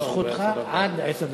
זכותך עד עשר דקות.